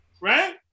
Right